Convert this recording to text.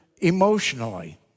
emotionally